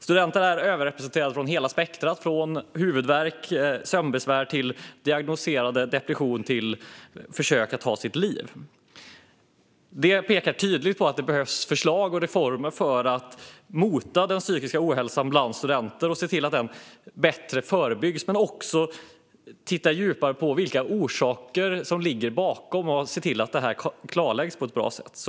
Studenter är överrepresenterade i hela spektrumet, från huvudvärk och sömnbesvär till diagnosticerad depression och försök att ta sitt liv. Det pekar tydligt på att det behövs förslag och reformer för att mota den psykiska ohälsan bland studenter och för att se till att förebygga på ett bättre sätt. Men man behöver också titta djupare på orsakerna och se till att de klarläggs på ett bra sätt.